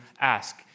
ask